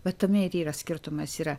va tame ir yra skirtumas yra